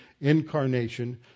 incarnation